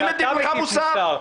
אני מטיף לך מוסר?